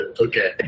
Okay